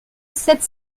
sept